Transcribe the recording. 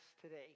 today